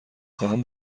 خواهم